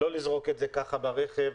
לא לזרוק את זה ככה ברכב,